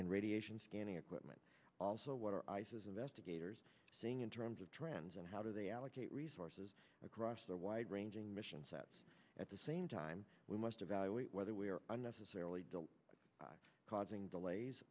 and radiation scanning equipment also water ice as investigators are saying in terms of trends and how do they allocate resources across their wide ranging mission sets at the same time we must evaluate whether we are unnecessarily causing delays